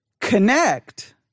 connect